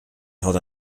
held